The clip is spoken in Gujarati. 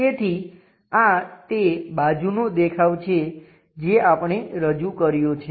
તેથી આ તે બાજુનો દેખાવ છે જે આપણે રજૂ કર્યો છે